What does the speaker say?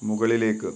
മുകളിലേക്ക്